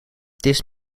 this